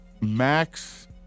Max